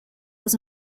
was